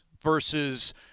versus